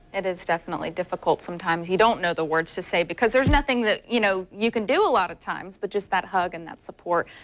it is definitely difficult sometimes. you don't know the words to say, because there is nothing that you know you can do a lot of times but just that hug and support.